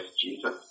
Jesus